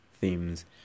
themes